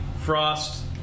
Frost